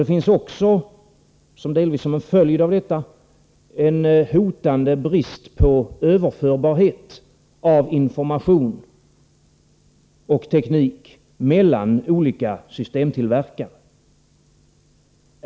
Delvis såsom en följd av detta finns också en hotande brist på överförbarhet beträffande information och teknik mellan olika systemtillverkare.